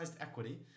equity